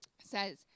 says